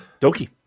Doki